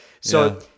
So-